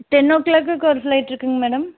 ten ஓ க்ளாக்குக்கு ஒரு ஃப்ளைட் இருக்குங்க மேடம்